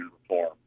reform